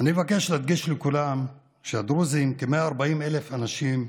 אני מבקש להדגיש לכולם שהדרוזים, כ-140,000 אנשים,